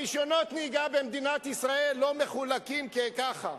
רשיונות נהיגה במדינת ישראל לא מחולקים ככה.